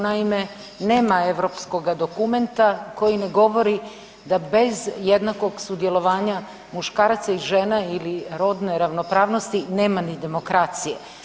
Naime, nema europskoga dokumenta koji ne govori da bez jednakog sudjelovanja muškaraca ili žena ili rodne ravnopravnosti nema ni demokracije.